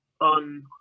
on